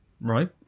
right